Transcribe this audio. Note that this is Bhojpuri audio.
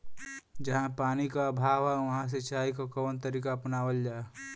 जहाँ पानी क अभाव ह वहां सिंचाई क कवन तरीका अपनावल जा?